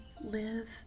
live